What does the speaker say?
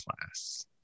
class